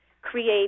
create